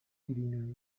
virinoj